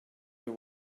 you